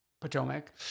potomac